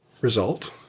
result